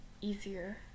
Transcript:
easier